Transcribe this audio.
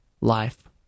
life